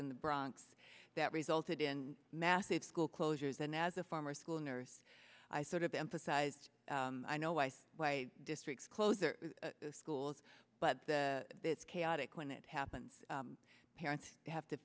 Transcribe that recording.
in the bronx that resulted in massive school closures and as a former school nurse i sort of emphasized i know why districts closer schools but it's chaotic when it happens parents have to